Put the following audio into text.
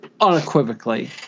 Unequivocally